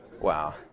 Wow